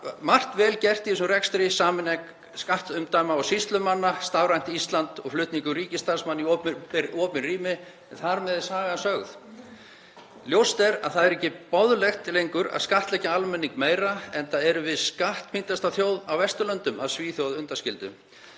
margt vel gert í þessum rekstri: Sameining skattumdæma og sýslumanna, Stafrænt Ísland og flutningur ríkisstarfsmanna í opin rými. En þar með er sagan sögð. Ljóst er að það er ekki boðlegt lengur að skattleggja almenning meira, enda erum við skattpíndasta þjóð á Vesturlöndum að Svíþjóð undanskilinni.